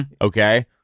Okay